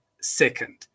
second